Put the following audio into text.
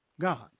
God